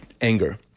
anger